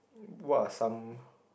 what are some